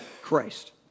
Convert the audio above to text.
Christ